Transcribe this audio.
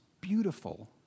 beautiful